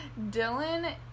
Dylan